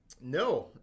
No